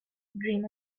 dream